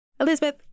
Elizabeth